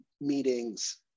meetings